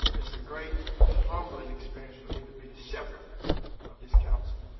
it's a great, humbling experience for me to be the shepherd of this council.